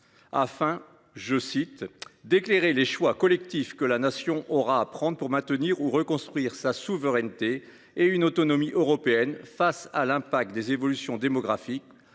afin d’« éclairer les choix collectifs que la Nation aura à prendre pour maintenir ou reconstruire sa souveraineté et une autonomie européenne face à l’impact des évolutions démographiques,